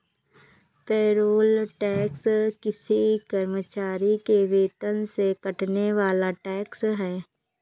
payroll tax किसी कर्मचारी के वेतन से कटने वाला टैक्स है